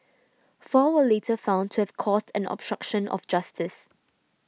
four were later found to have caused an obstruction of justice